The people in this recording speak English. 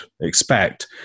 expect